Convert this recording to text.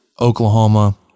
Oklahoma